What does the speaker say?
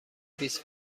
بیست